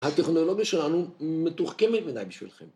‫הטכנולוגיה שלנו ‫מתוחכמת מדי בשבילכם.